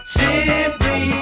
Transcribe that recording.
simply